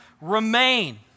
remain